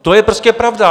To je prostě pravda.